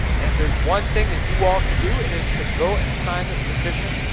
and if there's one thing that you all can do, it is to go and sign this petition.